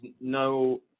no